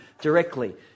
directly